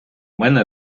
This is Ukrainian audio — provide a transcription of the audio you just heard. мене